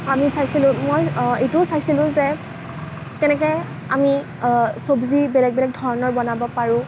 আমি চাইছিলোঁ মই এইটোও চাইছিলোঁ যে কেনেকৈ আমি চব্জি বেলেগ বেলেগ ধৰণৰ বনাব পাৰোঁ